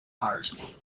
heart